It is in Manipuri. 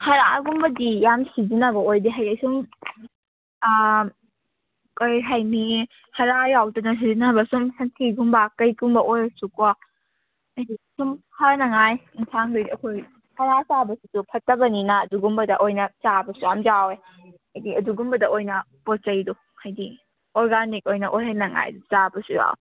ꯍꯔꯥꯒꯨꯝꯕꯗꯤ ꯌꯥꯝ ꯁꯤꯖꯟꯅꯕ ꯑꯣꯏꯗꯦ ꯍꯥꯏꯗꯤ ꯁꯨꯝ ꯀꯔꯤ ꯍꯥꯏꯅꯤ ꯍꯔꯥ ꯌꯥꯎꯗꯅ ꯁꯤꯖꯤꯟꯅꯕ ꯁꯨꯝ ꯁꯟꯊꯤꯒꯨꯝꯕ ꯀꯩꯒꯨꯝꯕ ꯑꯣꯏꯔꯁꯨ ꯀꯣ ꯍꯥꯏꯗꯤ ꯁꯨꯝ ꯐꯅꯉꯥꯏ ꯏꯟꯁꯥꯡꯗ ꯑꯩꯈꯣꯏ ꯍꯔꯥ ꯆꯥꯕꯁꯤꯁꯨ ꯐꯠꯇꯕꯅꯤꯅ ꯑꯗꯨꯒꯨꯝꯕꯗ ꯑꯣꯏꯅ ꯆꯥꯕꯁꯨ ꯃꯌꯥꯝ ꯌꯥꯎꯋꯦ ꯍꯥꯏꯗꯤ ꯑꯗꯨꯒꯨꯝꯕꯗ ꯑꯣꯏꯅ ꯄꯣꯠ ꯆꯩꯗꯣ ꯍꯥꯏꯗꯤ ꯑꯣꯔꯒꯥꯟꯅꯤꯛ ꯑꯣꯏꯅ ꯑꯣꯏꯍꯟꯅꯉꯥꯏ ꯆꯥꯕꯁꯨ ꯌꯥꯎꯋꯦ